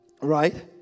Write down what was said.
right